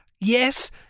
yes